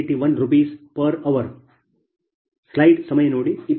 3352 69481 Rshr